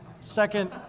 Second